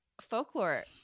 Folklore